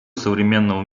современного